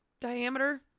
diameter